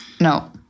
No